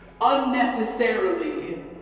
Unnecessarily